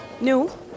No